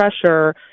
pressure